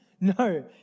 No